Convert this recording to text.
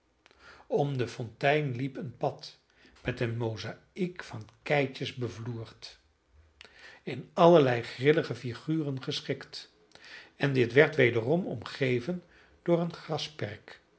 om de fontein liep een pad met een mozaïek van keitjes bevloerd in allerlei grillige figuren geschikt en dit werd wederom omgeven door een grasperk